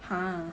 !huh!